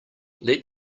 let